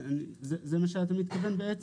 זה מה שאתה מתכוון?